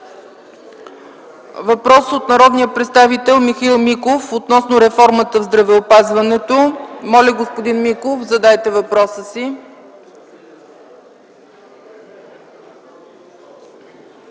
Въпрос от народния представител Михаил Миков относно реформата в здравеопазването. Моля, господин Миков, задайте въпроса си.